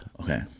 okay